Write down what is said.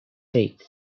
creek